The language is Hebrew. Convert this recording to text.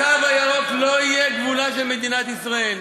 הקו הירוק לא יהיה גבולה של מדינת ישראל.